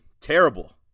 terrible